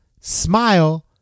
smile